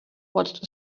watched